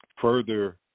Further